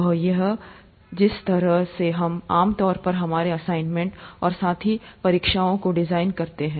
वह है जिस तरह से हम आम तौर पर हमारे असाइनमेंट और साथ ही परीक्षाओं को डिजाइन करते हैं